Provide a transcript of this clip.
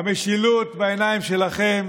משילות בעיניים שלכם